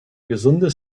gesunde